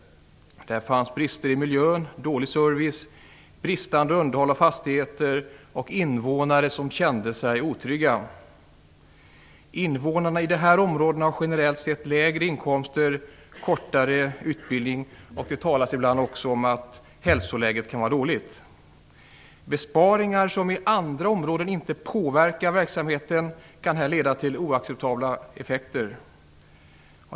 Där fanns brister i miljön, dålig service, bristande underhåll av fastigheter och invånare som kände sig otrygga. Invånarna i dessa områden har generellt sett lägre inkomster och kortare utbildning. Det talas ibland också om att hälsoläget kan vara dåligt. Besparingar som i andra områden inte påverkar verksamheten kan här leda till oacceptabla effekter.